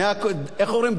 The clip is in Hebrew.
איך אומרים?